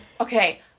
Okay